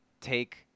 take